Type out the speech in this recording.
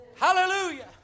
Hallelujah